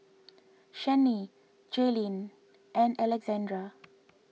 Channie Jaelynn and Alexandr